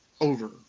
over